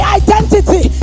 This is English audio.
identity